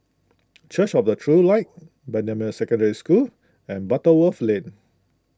Church of the True Light Bendemeer Secondary School and Butterworth Lane